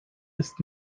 ist